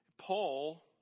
Paul